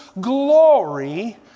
glory